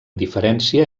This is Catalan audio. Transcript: diferència